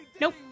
Nope